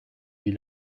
wie